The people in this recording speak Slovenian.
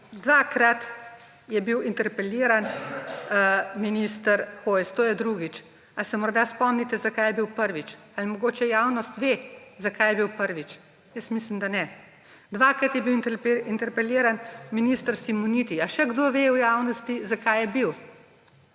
Dvakrat je bil interpeliran minister Hojs. To je drugič. A se morda spomnite, zakaj je bil prvič? Ali mogoče javnost ve, zakaj je bil prvič? Jaz mislim, da ne. Dvakrat je bil interpeliran minister Simoniti. Ali še kdo ve v javnosti, zakaj je bil?